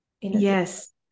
Yes